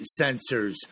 sensors